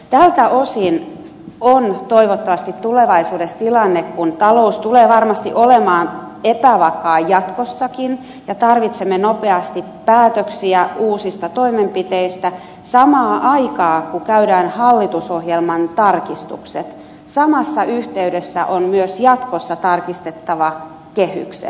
tältä osin on toivottavasti tulevaisuudessa tilanne kun talous tulee varmasti olemaan epävakaa jatkossakin ja tarvitsemme nopeasti päätöksiä uusista toimenpiteistä että samaan aikaan kun käydään hallitusohjelman tarkistukset samassa yhteydessä on myös jatkossa tarkistettava kehykset